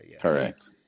Correct